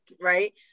right